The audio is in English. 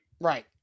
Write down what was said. Right